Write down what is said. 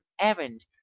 errand